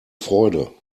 freude